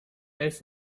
elf